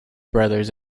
brothers